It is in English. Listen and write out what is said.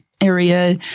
area